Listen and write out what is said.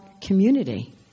community